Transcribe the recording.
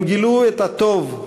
הם גילו את הטוב,